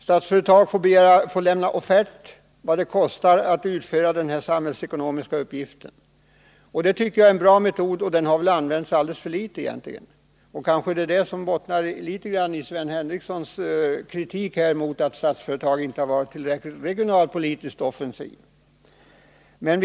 Statsföretag får lämna offert på vad det kostar att utföra den samhällsnyttiga uppgiften. Det tycker jag är en bra metod, men den har egentligen använts alldeles för litet. I detta bottnar kanske Sven Henricssons kritik mot att Statsföretag inte har varit tillräckligt regionalpolitiskt offensivt.